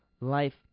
life